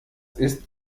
ist